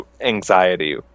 anxiety